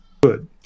good